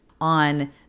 on